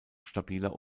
stabiler